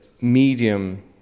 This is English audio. medium